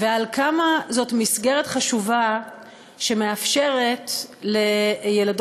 ועל כמה זאת מסגרת חשובה שמאפשרת לילדות-ילדים,